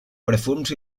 perfums